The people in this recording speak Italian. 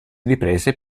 riprese